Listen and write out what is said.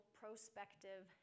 prospective